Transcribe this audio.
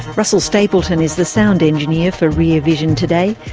russell stapleton is the sound engineer for rear vision today.